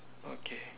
okay